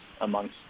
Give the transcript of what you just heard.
amongst